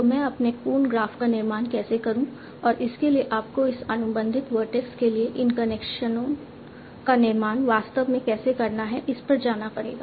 तो मैं अपने पूर्ण ग्राफ़ का निर्माण कैसे करूं और इसके लिए आपको इस अनुबंधित वर्टेक्स के लिए इन कनेक्शनों का निर्माण वास्तव में कैसे करना है इस पर जाना पड़ेगा